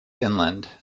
inland